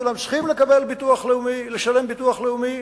כולם צריכים לשלם ביטוח לאומי,